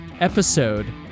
Episode